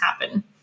happen